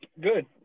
Good